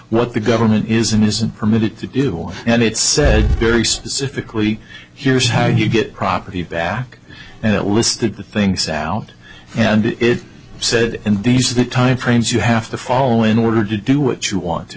what the government is and isn't permitted to do and it said very specifically here's how you get property back and it listed the things out and it said indecent timeframes you have to follow in order to do what you want to